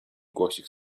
głosik